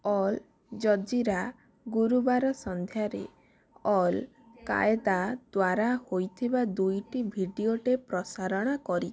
all Jazeera ଗୁରୁବାର ସନ୍ଧ୍ୟାରେ Al Qaeda ଦ୍ୱାରା ହୋଇଥିବା ଦୁଇଟି ଭିଡ଼ିଓ ଟେପ୍ ପ୍ରସାରଣ କରିଛି